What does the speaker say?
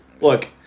Look